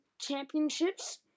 championships